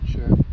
Sure